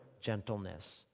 gentleness